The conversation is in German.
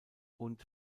und